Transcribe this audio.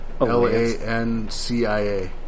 L-A-N-C-I-A